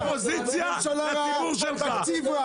ממשלה רעה ותקציב רע.